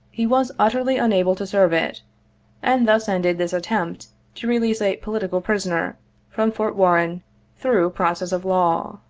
he was utterly unable to serve it and thus ended this attempt to release a political prisoner from fort warren through process of law.